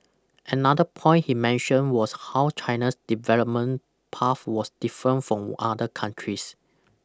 another point he mentioned was how China's development path was different from other countries